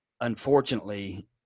unfortunately